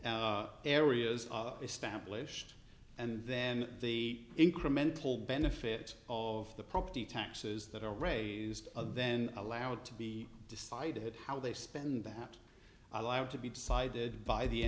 areas are established and then the incremental benefit of the property taxes that are raised then allowed to be decided how they spend that allowed to be decided by the